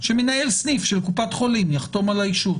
שמנהל סניף של קופת חולים יחתום על האישור,